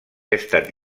estat